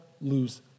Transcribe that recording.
lose